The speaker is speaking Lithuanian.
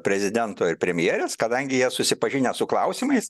prezidento ir premjerės kadangi jie susipažinę su klausimais